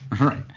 Right